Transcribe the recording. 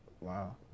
Wow